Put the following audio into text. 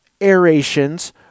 aerations